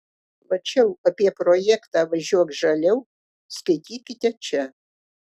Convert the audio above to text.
plačiau apie projektą važiuok žaliau skaitykite čia